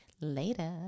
Later